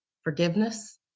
forgiveness